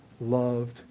loved